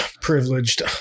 privileged